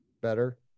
better